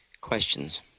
Questions